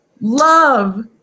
love